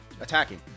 attacking